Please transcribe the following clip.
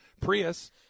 Prius